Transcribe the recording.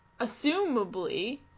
assumably